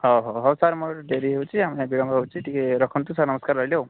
ହଉ ହଉ ହଉ ସାର୍ ମୋର ଡେରି ହେଇ ଯାଉଛି ବିଳମ୍ବ ହେଉଛି ଟିକେ ରଖନ୍ତୁ ସାର୍ ନମସ୍କାର ରହିଲି ଆଉ